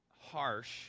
harsh